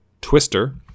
Twister